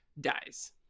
dies